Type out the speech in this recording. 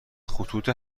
خطوط